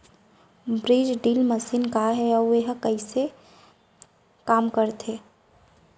बीज drill machine का हे अऊ एहा कइसे काम करथे?